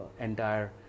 entire